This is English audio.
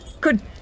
good